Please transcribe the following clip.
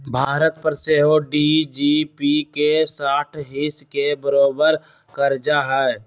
भारत पर सेहो जी.डी.पी के साठ हिस् के बरोबर कर्जा हइ